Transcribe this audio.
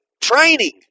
training